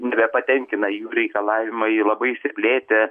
nebepatenkina jų reikalavimai labai išsiplėtę